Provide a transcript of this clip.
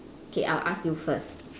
okay I'll ask you first